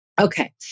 Okay